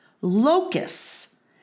Locusts